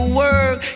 work